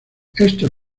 estos